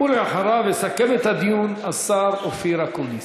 ואחריו, יסכם את הדיון, השר אופיר אקוניס.